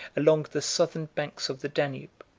along the southern banks of the danube.